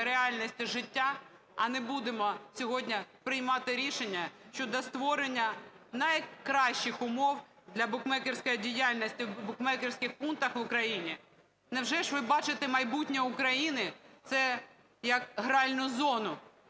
реальності життя, а не будемо сьогодні приймати рішення щодо створення найкращих умов для букмекерської діяльності в букмекерських пунктах в Україні? Невже ж ви бачите майбутнє України це як гральну зону,